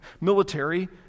military